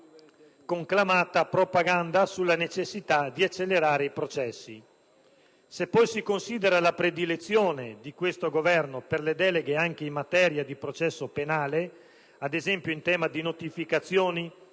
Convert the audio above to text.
conclamata propaganda sulla necessità di accelerare i processi. Se poi si considera la predilezione di questo Governo per le deleghe, anche in materia di processo penale (ad esempio in tema di notificazioni